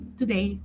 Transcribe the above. today